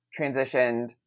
transitioned